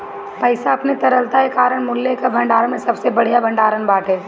पईसा अपनी तरलता के कारण मूल्य कअ भंडारण में सबसे बढ़िया भण्डारण बाटे